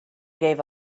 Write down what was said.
gave